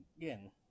again